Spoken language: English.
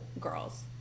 girls